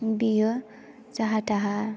बियो जाहा ताहा